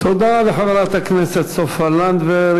תודה לחברת הכנסת סופה לנדבר.